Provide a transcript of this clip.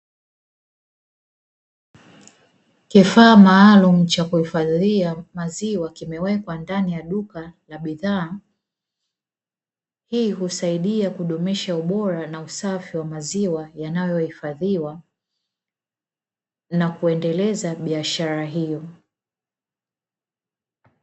Kifaa maalumu cha kuhufadhia maziwa kimewekwa ndani ya duka la bidhaa, hii husaidia kudumisha ubora na usafi wa maziwa yanayohifadhiwa, na kuendeleza biashara hiyo.